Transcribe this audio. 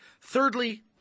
Thirdly